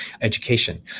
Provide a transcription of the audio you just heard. education